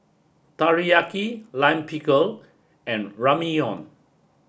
Teriyaki Lime Pickle and Ramyeon